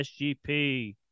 SGP